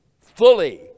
fully